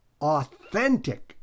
authentic